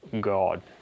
God